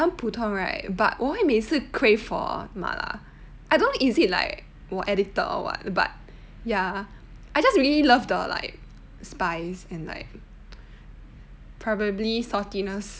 很普通 right but 我会每次 crave for 麻辣 I don't know is it like I addicted or what but ya I just really love the like spice and like probably saltiness